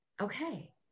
okay